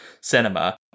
cinema